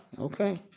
Okay